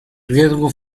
riesgo